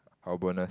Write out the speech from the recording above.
our bonus